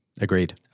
Agreed